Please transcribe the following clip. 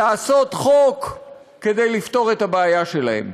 לחוקק חוק כדי לפתור את הבעיה שלהם.